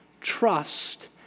trust